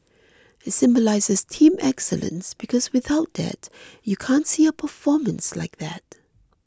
it symbolises team excellence because without that you can't see a performance like that